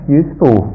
useful